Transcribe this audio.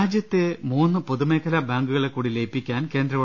രാജ്യത്തെ മൂന്ന് പൊതുബാങ്കുകളെക്കൂടി ലയിപ്പിക്കാൻ കേന്ദ്ര ഗവ